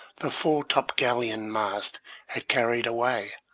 the fore-topgallant-mast had carried away,